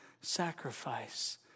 sacrifice